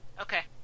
Okay